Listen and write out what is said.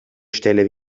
stelle